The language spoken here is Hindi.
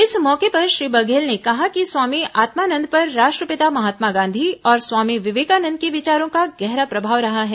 इस मौके पर श्री बधेल ने कहा कि स्वामी आत्मानंद पर राष्ट्रपिता महात्मा गांधी और स्वामी विवेकानंद के विचारों का गहरा प्रभाव रहा है